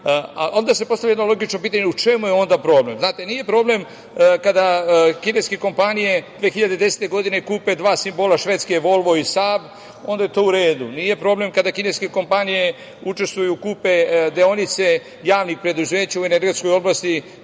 Onda se postavlja jedno logično pitanje - u čemu je onda problem? Znate, nije problem kada kineske kompanije 2010. godine, kupe dva simbola švedske, "Volvo" i "Saab", onda je to u redu. Nije problem kada kineske kompanije učestvuju i kupe deonice javnih preduzeća u energetskoj oblasti